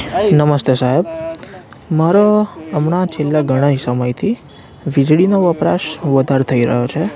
નમસ્તે સાહેબ મારો હમણા છેલ્લા ઘણાય સમયથી વીજળીનો વપરાશ વધારે થઈ રહ્યો છે